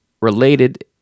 related